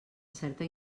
certa